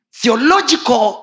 theological